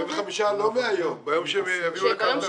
45 ימים לא מהיום אלא מהיום שהם יגישו.